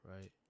Right